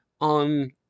on